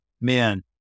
man